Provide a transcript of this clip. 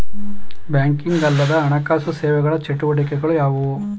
Banking ಅಲ್ಲದ ಹಣಕಾಸು ಸೇವೆಗಳ ಚಟುವಟಿಕೆಗಳು ಯಾವುವು?